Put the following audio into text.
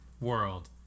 world